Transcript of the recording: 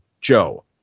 Joe